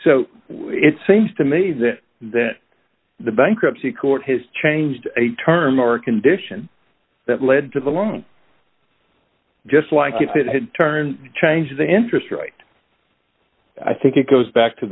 so it seems to me that that the bankruptcy court has changed a term or condition that led to the long just like if it had turned changed the interest rate i think it goes back to